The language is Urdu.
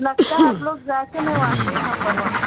لگتا ہے آپ لوگ ذائقے میں واقعی نمبر ون